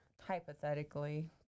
hypothetically